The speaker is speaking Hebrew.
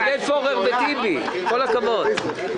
עודד פורר וטיבי, עם כל הכבוד.